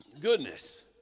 goodness